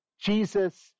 Jesus